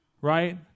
Right